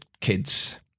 kids